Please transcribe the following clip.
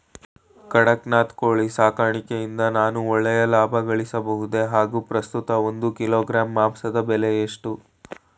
ಕಡಕ್ನಾತ್ ಕೋಳಿ ಸಾಕಾಣಿಕೆಯಿಂದ ನಾನು ಒಳ್ಳೆಯ ಲಾಭಗಳಿಸಬಹುದೇ ಹಾಗು ಪ್ರಸ್ತುತ ಒಂದು ಕಿಲೋಗ್ರಾಂ ಮಾಂಸದ ಬೆಲೆ ಎಷ್ಟು?